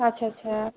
আচ্ছা আচ্ছা